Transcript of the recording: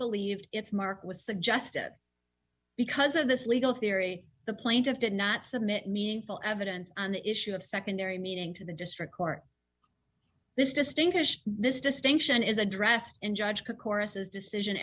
believed its mark was suggested because of this legal theory the plaintiff did not submit meaningful evidence on the issue of secondary meaning to the district court this distinguished this distinction is addressed in judge cook choruses decision